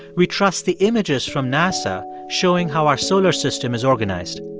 we trust the images from nasa showing how our solar system is organized.